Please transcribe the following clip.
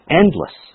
endless